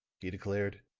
he declared,